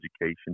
education